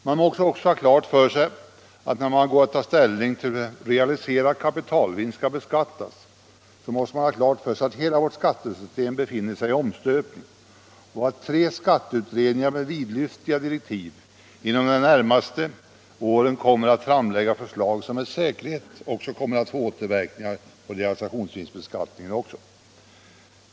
Man måste också ha klart för sig när man går att ta ställning till hur realiserad kapitalvinst skall beskattas att hela vårt skattesystem befinner sig i omstöpning och att tre skatteutredningar med vidlyftiga direktiv inom de närmaste åren kommer att framlägga förslag som med säkerhet också kommer att få återverkningar på realisationsvinstbeskattningen.